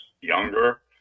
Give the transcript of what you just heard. younger